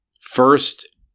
first